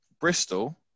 Bristol